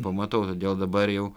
pamatau todėl dabar jau